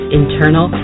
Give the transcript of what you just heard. internal